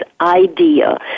idea